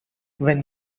when